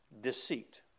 deceit